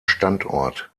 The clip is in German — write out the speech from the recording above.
standort